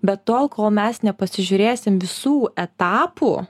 bet tol kol mes nepasižiūrėsim visų etapų